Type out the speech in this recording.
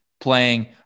playing